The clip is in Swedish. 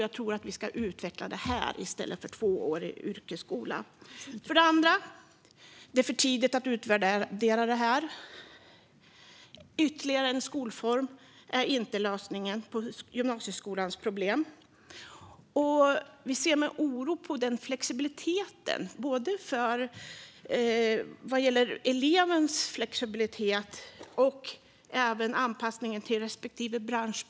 Jag tror att vi ska utveckla detta i stället för att ha en tvåårig yrkesskola. Det andra skälet är: Det är för tidigt att utvärdera det här. Ytterligare en skolform är inte lösningen på gymnasieskolans problem. Vi ser med oro på detta med flexibiliteten. Det gäller elevens flexibilitet och anpassningen till behoven i respektive bransch.